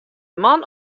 man